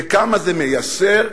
וכמה זה מייסר,